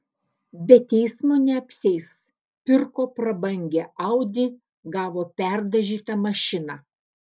be teismo neapsieis pirko prabangią audi gavo perdažytą mašiną